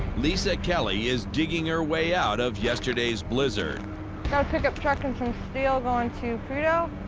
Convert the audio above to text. lisa kelly is digging her way out of yesterday's blizzard. got a pickup truck and some steel going to prudhoe.